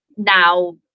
now